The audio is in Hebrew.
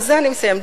ובזה אני מסיימת,